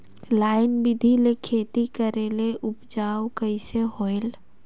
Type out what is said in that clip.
Line बिधी ले खेती करेले उपजाऊ कइसे होयल?